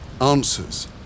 Answers